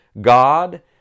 God